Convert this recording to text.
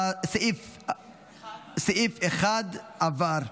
סעיף 1 התקבל,